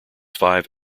five